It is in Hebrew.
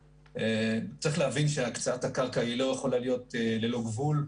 צריך להבין שהקצאת הקרקע לא יכולה להיות ללא גבול.